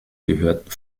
gehörten